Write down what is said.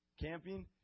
Camping